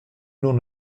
n’en